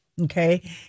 okay